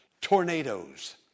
tornadoes